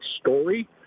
story